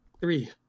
Three